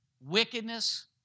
wickedness